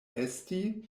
esti